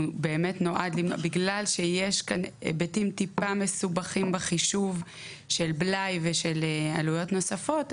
בגלל שיש כאן היבטים מסובכים בחישוב של בלאי ושל עלויות נוספות,